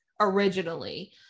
originally